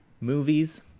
movies